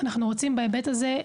בהיבט הזה,